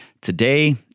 Today